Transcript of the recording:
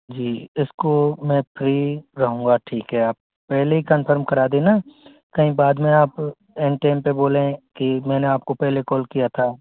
जी इसको मैं फ्री रहूँगा ठीक है आप पहले कंफ़र्म करा देना कहीं बाद में आप ऐन टाइम पर बोलें कि मैंने आपको पहले कॉल किया था